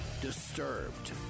Disturbed